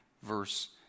verse